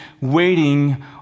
waiting